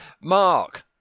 Mark